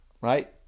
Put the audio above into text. Right